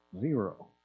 Zero